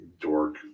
dork